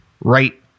right